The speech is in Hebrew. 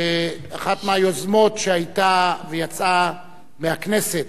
שאחת מהיוזמות שיצאה מהכנסת,